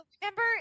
remember